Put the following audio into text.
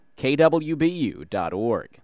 kwbu.org